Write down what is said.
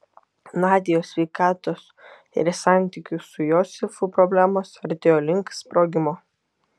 nadios sveikatos ir santykių su josifu problemos artėjo link sprogimo